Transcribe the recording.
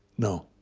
no.